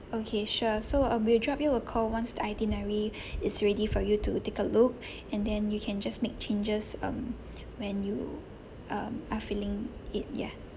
okay sure so uh we'll drop you a call once the itinerary is ready for you to take a look and then you can just make changes um when you um are feeling it ya